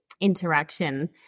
interaction